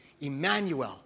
Emmanuel